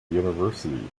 university